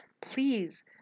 Please